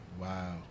Wow